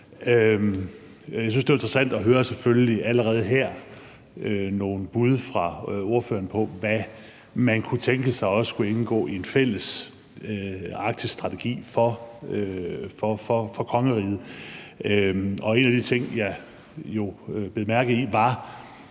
også, det var interessant allerede her at høre nogle bud fra ordføreren på, hvad man kunne tænke sig skulle indgå i en fælles arktisk strategi for kongeriget, og en af de ting, jeg bed mærke i, var